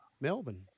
Melbourne